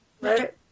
right